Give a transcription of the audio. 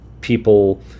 people